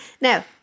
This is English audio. now